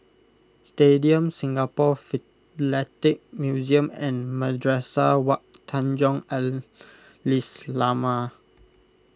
Stadium Singapore Philatelic Museum and Madrasah Wak Tanjong Al Islamiah